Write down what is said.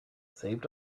saved